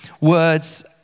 Words